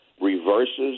reverses